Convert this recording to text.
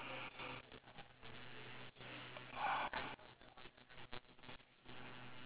story